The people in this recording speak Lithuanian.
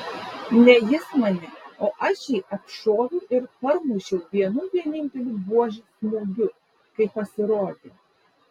ne jis mane o aš jį apšoviau ir parmušiau vienu vieninteliu buožės smūgiu kai pasirodė